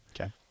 Okay